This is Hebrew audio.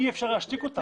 אי אפשר להשתיק אותם.